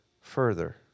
further